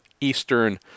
Eastern